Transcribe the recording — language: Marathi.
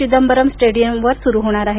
चिदंबरम स्टेडीयमवर होणार आहे